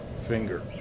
finger